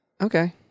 Okay